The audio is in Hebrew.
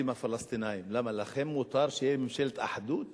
הפלסטינים: למה לכם מותר שתהיה ממשלת אחדות